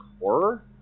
horror